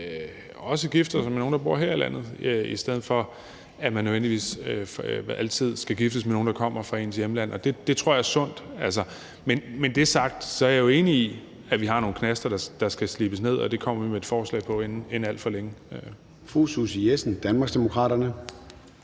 også gifter sig med nogen, der bor her i landet, i stedet for at man nødvendigvis altid skal giftes med nogen, der kommer fra ens hjemland. Og det tror jeg er sundt. Men med det sagt er jeg jo enig i, at vi har nogle knaster, der skal slibes ned, og det kommer vi med et forslag på inden alt for længe.